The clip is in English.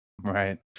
Right